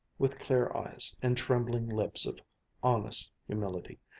with clear eyes and trembling lips of honest humility,